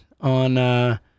on